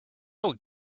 would